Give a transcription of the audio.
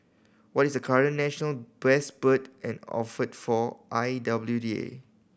what is the current national best bird and offer for I W D A